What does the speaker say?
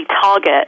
target